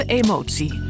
emotie